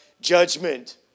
judgment